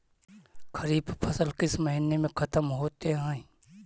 खरिफ फसल किस महीने में ख़त्म होते हैं?